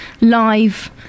live